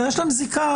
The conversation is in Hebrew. יש להם זיקה.